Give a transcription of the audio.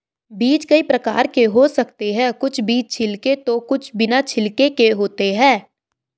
बीज कई प्रकार के हो सकते हैं कुछ बीज छिलके तो कुछ बिना छिलके के होते हैं